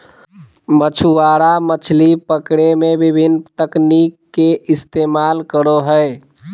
मछुआरा मछली पकड़े में विभिन्न तकनीक के इस्तेमाल करो हइ